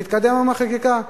נתקדם עם החקיקה.